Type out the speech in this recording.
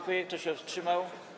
Kto się wstrzymał?